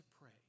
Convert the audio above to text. pray